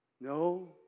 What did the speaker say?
No